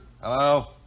Hello